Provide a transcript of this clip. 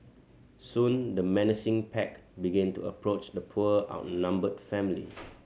soon the menacing pack begin to approach the poor outnumbered family